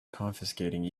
confiscating